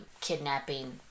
kidnapping